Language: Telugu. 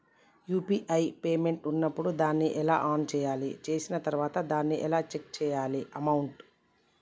యూ.పీ.ఐ పేమెంట్ ఉన్నప్పుడు దాన్ని ఎలా ఆన్ చేయాలి? చేసిన తర్వాత దాన్ని ఎలా చెక్ చేయాలి అమౌంట్?